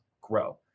grow